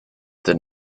did